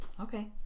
Okay